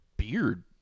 beard